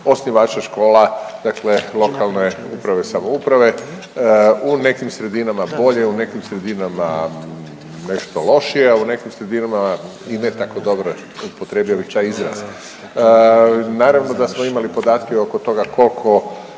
osnivača škola, dakle uprave i samouprave. U nekim sredinama bolje, u nekim sredinama nešto lošije, a u nekim sredinama i ne tako dobro, upotrijebio bi taj izraz. Naravno da smo imali podatke oko toga koliko